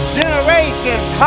generations